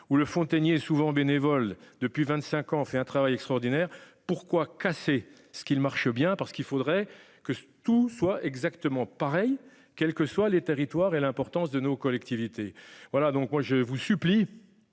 ou le Fontagné souvent bénévoles depuis 25 ans en fait un travail extraordinaire. Pourquoi casser ce qu'il marche bien parce qu'il faudrait que tout soit exactement pareil quelles que soient les territoires et l'importance de nos collectivités. Voilà donc moi je vous supplie.